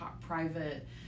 private